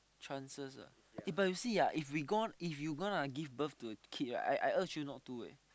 chances ah eh but you see ah if we gone if you gonna give birth to a kid right I I urge you not to eh